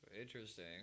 Interesting